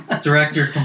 Director